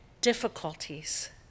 difficulties